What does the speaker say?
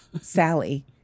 Sally